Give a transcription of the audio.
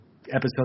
episode